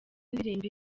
indirimbo